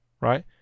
Right